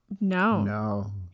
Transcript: No